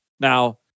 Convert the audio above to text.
Now